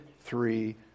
three